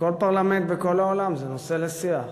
בכל פרלמנט, בכל העולם, זה נושא לשיח.